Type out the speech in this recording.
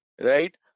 right